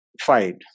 fight